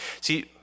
See